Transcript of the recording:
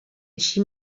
així